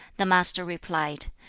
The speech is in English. the master replied,